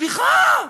סליחה,